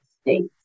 states